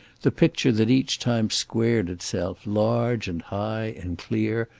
the picture that each time squared itself, large and high and clear,